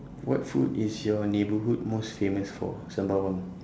what food is your neighbourhood most famous for sembawang